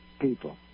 people